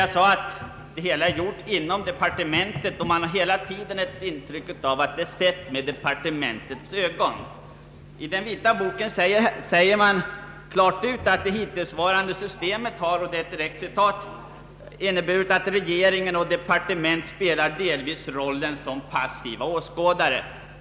Jag sade att utredningen har gjorts inom departementet och att man hela tiden har intrycket av att frågorna är sedda med departementets ögon. I den vita boken sägs det rent av att det hittillsvarande systemet har inneburit att ”regeringen och departementet spelat delvis rollen som passiva åskådare”.